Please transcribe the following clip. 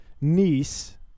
niece